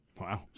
Wow